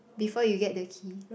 before you get the key